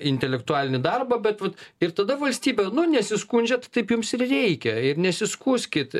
intelektualinį darbą bet vat ir tada valstybė nu nesiskundžiat taip jums ir reikia ir nesiskųskit